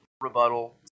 rebuttal